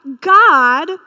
God